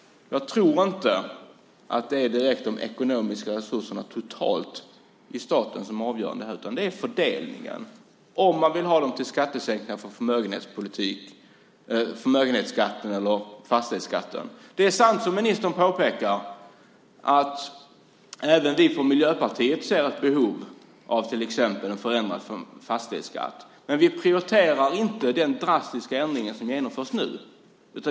Jag tror inte att det direkt är de ekonomiska resurserna totalt i staten som är avgörande här, utan det är fördelningen, om man vill ha dem till skattesänkningar i förmögenhetsskatten eller fastighetsskatten. Det är sant, som ministern påpekar, att även vi i Miljöpartiet ser ett behov av till exempel en förändrad fastighetsskatt, men vi prioriterar inte den drastiska ändring som genomförs nu.